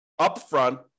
upfront